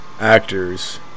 actors